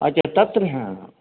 अच्छा तत्र हा